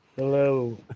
Hello